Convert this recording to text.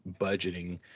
budgeting